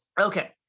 Okay